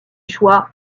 choix